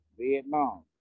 Vietnam